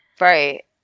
Right